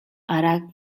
arakatzen